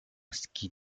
ski